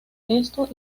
esto